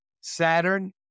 Saturn